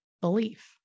belief